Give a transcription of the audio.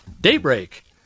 daybreak